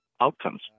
outcomes